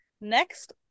next